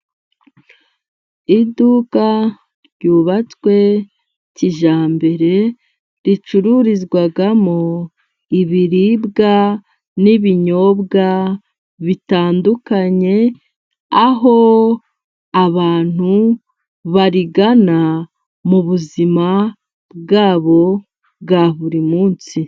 Iduka ryubatswe kijyambere. Ricururizwamo ibiribwa n'ibinyobwa bitandukanye. Aho abantu barigana mu buzima bwabo bwa buri munsi.